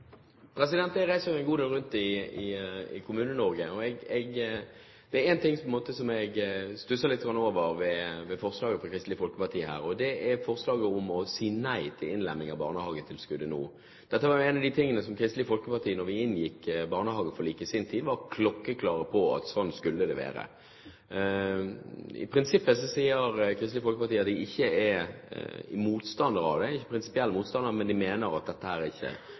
en ting som jeg stusser litt over ved forslaget fra Kristelig Folkeparti, om å si nei til innlemming av barnehagetilskuddet nå. Dette var jo en av de tingene som Kristelig Folkeparti, da vi inngikk barnehageforliket i sin tid, var klokkeklar på. Kristelig Folkeparti sier at man ikke er prinsipiell motstander av det, men man mener at dette ikke er bra nok. Nå har det gått litt tid siden kommuneproposisjonen ble lagt fram. Har Kristelig Folkeparti noen bedre forslag enn det som ligger der, konkret sett, til hvordan innlemming bør skje, og når det bør skje? Nå er